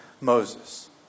Moses